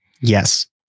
Yes